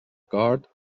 guard